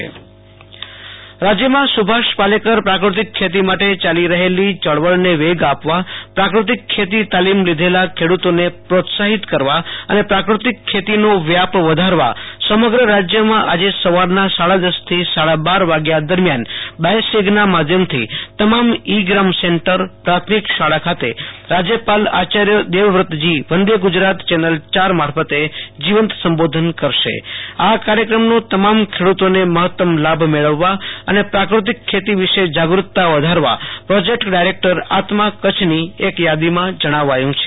આશુ તોષ Antani Kutch BISAG પ્રાકૃતિક ખેતી રાજ્યમાં સુભાષ પાલકર પ્રાકૃતિક ખેતી માટે યાલી રહેલી યળવળને વેગ આપવા પ્રાકૃતિક ખેતી તાલીમ લીઘેલા ખેડુતોને પ્રોત્સાહિત કરવા અને પ્રાકૃતિક ખેતીનો વ્યાપ વધારવા સગમ્ર રાજ્યમાં આજે સવારના સાડા દસ થી સાડા બાર વાગ્યા દરમિયાન બાયસેગના માધ્યમથી તમામ ઈ ગ્રામ સેન્ટરપ્રાથમિક શાળા ખાતે રાજયપાલ દેવવ્રતજી વંદે ગુજરતા ચેનલ મારફતે જીવંત સંબોધન કરશે આ કાર્યક્રમનો તમામ ખેડુતોને મહત્તમ લાભ લેવા મેળવવો અને પ્રાકૃતિક ખેતી વિશે જાગૃ તતા વધારવા પ્રોજેક્ટ ડાયરેક્ટર આત્મા કચ્છની એક યાદીમાં જણાવાયુ છે